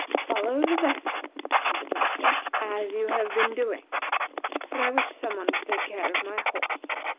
follow the vessel, said the princess, as you have been doing for i wish some one to take care of my horse.